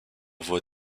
voie